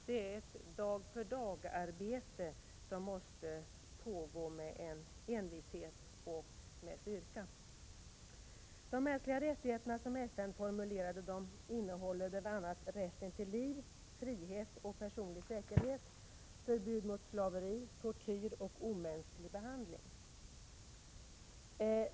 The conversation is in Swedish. Det är ett dag-för-dag-arbete, som måste pågå med envishet och med styrka. De mänskliga rättigheterna, som FN formulerade dem, innehåller bl.a. rätten till liv, frihet och personlig säkerhet och förbud mot slaveri, tortyr och omänsklig behandling.